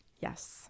Yes